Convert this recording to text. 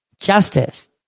Justice